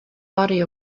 body